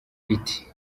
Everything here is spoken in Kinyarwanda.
iti